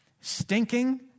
Stinking